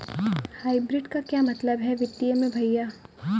Hybrid का क्या मतलब है वित्तीय में भैया?